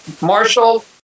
Marshall